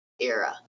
era